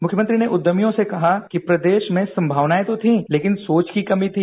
मुख्यमंत्री ने कहा कि प्रदेश में संभावनाएं तो थीं लेकिन सोच की कमी थी